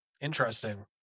Interesting